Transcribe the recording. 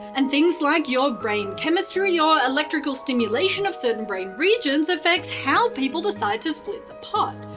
and things like your brain chemistry or electrical stimulation of certain brain regions affect how people decide to split the pot,